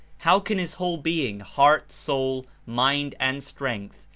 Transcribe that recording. how can his whole being, heart, soul, mind and strength,